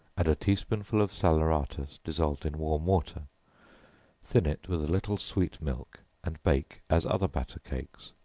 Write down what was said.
add a tea-spoonful of salaeratus, dissolved in warm water thin it with a little sweet milk, and bake as other batter cakes.